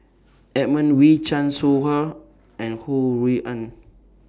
Edmund Wee Chan Soh Ha and Ho Rui An